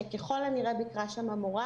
שככל הנראה ביקרה שם המורה,